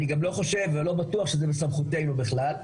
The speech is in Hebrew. אני גם לא חושב ולא בטוח שזה בסמכותנו בכלל,